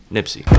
Nipsey